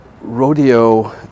Rodeo